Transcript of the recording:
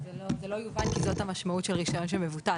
זה לא יובן, כי זו המשמעות של רישיון שמבוטל.